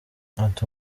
ati